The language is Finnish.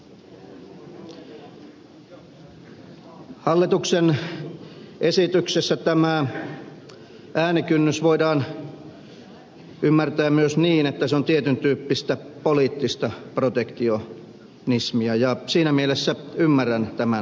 hallituksen esityksessä tämä äänikynnys voidaan ymmärtää myös niin että se on tietyntyyppistä poliittista protektionismia ja siinä mielessä ymmärrän tämän kritiikin